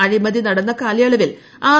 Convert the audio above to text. അഴിമതി നടന്ന കാലയളവിൽ ആർ